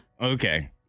Okay